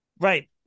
right